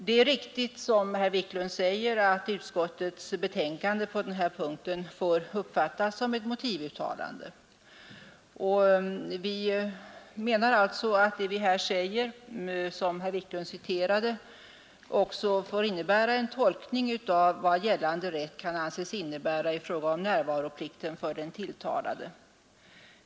Det är riktigt som herr Wiklund säger, att utskottets betänkande på den här punkten får uppfattas som ett för domstolarna vägledande uttalande. Vi menar alltså att det som vi här säger — och som herr Wiklund citerade — får utgöra en tolkning av vad gällande rätt kan anses innebära i fråga om närvaroplikten för den tilltalade.